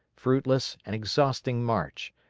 fruitless, and exhausting march,